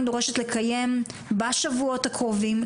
אני דורשת לקיים בשבועות הקרובים,